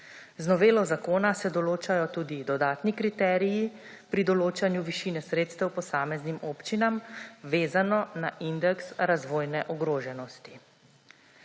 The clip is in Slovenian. Z novelo zakona se določajo tudi dodatni kriteriji pri določanju višine sredstev posameznim občinam, vezano na indeks razvojne ogroženosti.